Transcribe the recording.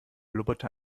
blubberte